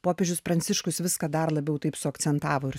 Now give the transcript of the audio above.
popiežius pranciškus viską dar labiau taip su akcentavo ir